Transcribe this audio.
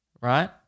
right